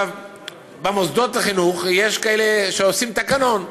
במוסדות החינוך יש כאלה שעושים תקנון: